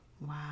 Wow